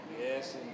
Yes